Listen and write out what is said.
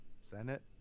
Senate